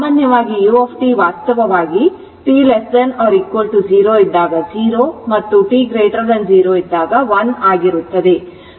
ಸಾಮಾನ್ಯವಾಗಿ u ವಾಸ್ತವವಾಗಿ t0 ಇದ್ದಾಗ 0 ಮತ್ತು ಅದು t0 ಇದ್ದಾಗ 1 ಆಗಿರುತ್ತದೆ